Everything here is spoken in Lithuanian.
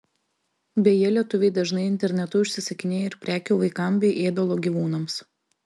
beje lietuviai dažnai internetu užsisakinėja ir prekių vaikams bei ėdalo gyvūnams